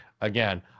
again